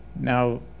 Now